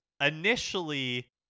Initially